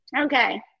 okay